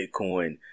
Bitcoin